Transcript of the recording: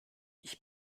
ich